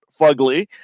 fugly